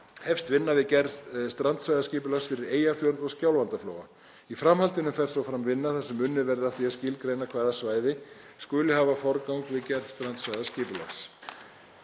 hefst vinna við gerð strandsvæðisskipulags fyrir Eyjafjörð og Skjálfandaflóa. Í framhaldinu fer svo fram vinna þar sem unnið verður að því að skilgreina hvaða svæði skuli hafa í forgangi við gerð strandsvæðisskipulags.